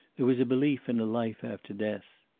there was a belief in a life after death.